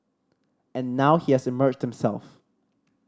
and now he has emerged himself